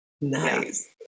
Nice